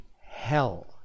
hell